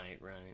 right